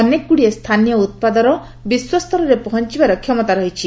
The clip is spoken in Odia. ଅନେକଗୁଡ଼ିଏ ସ୍ଥାନୀୟ ଉତ୍ପାଦର ବିଶ୍ୱସ୍ତରରେ ପହଞ୍ଚବାର କ୍ଷମତା ରହିଛି